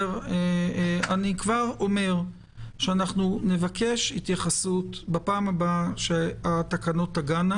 אני כבר אומר שאנחנו נבקש התייחסות בפעם הבאה כשהתקנות תגענה.